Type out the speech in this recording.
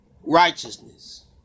righteousness